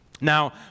Now